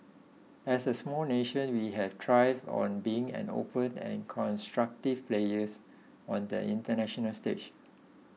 as a small nation we have thrived on being an open and constructive players on the international stage